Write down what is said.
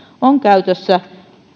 on käytössä